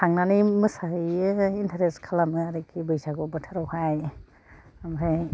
थांनानै मोसाहैयो एन्टारेस्ट खालामो आरोखि बैसागु बोथोरावहाय ओमफ्राय